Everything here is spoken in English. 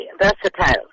versatile